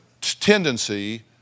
tendency